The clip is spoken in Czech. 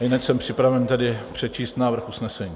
Jinak jsem připraven tady přečíst návrh usnesení.